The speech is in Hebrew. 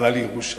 אבל על ירושלים?